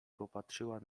popatrzyła